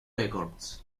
records